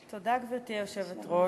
גברתי היושבת-ראש,